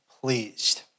pleased